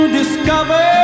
discover